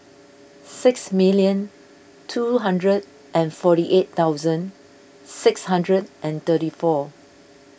six million two hundred and forty eight thousand six hundred and thirty four